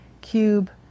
Cube